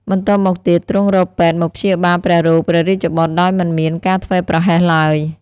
បន្ទប់មកទៀតទ្រង់រកពេទ្យ មកព្យាបាលព្រះរោគព្រះរាជបុត្រ ដោយមិនមានការធ្វេសប្រហែសឡើយ